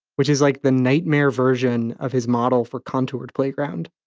which is like the nightmare version of his model for contoured playground.